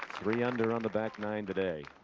three under on the back nine today.